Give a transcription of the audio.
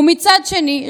מצד שני,